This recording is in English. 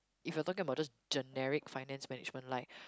if you're talking about just generic finance management like